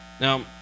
Now